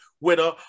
winner